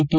T